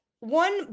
One